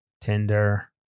Tinder